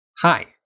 Hi